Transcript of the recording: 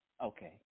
Okay